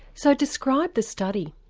so describe the study.